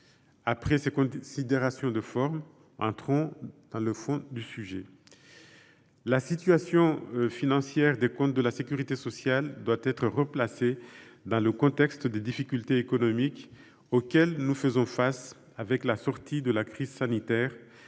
Après ces considérations de forme, entrons dans le fond du sujet. La situation financière des comptes de la sécurité sociale doit être replacée dans le contexte des difficultés économiques auxquelles nous faisons face avec la sortie de la crise sanitaire